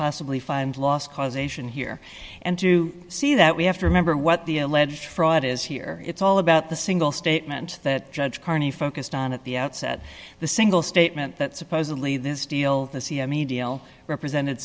possibly find lost causation here and to see that we have to remember what the alleged fraud is here it's all about the single statement that judge carney focused on at the outset the single statement that supposedly this deal